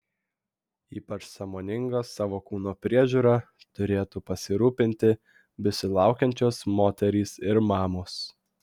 ypač sąmoninga savo kūno priežiūra turėtų pasirūpinti besilaukiančios moterys ir mamos